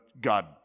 God